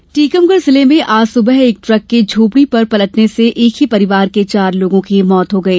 दुर्घटना टीकमगढ़ जिले में आज सुबह एक ट्रक के झोंपड़ी पर पलटने से एक ही परिवार के चार लोगों की मौत हो गई